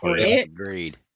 Agreed